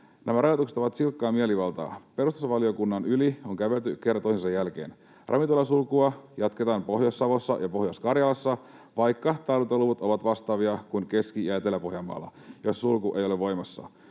Nämä rajoitukset ovat silkkaa mielivaltaa. Perustusvaliokunnan yli on kävelty kerta toisensa jälkeen. Ravintolasulkua jatketaan Pohjois-Savossa ja Pohjois-Karjalassa, vaikka tartuntaluvut ovat vastaavia kuin Keski‑ ja Etelä-Pohjanmaalla, joissa sulku ei ole voimassa.